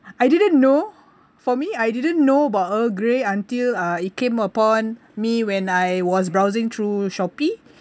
I didn't know for me I didn't know about earl grey until uh it came upon me when I was browsing through Shopee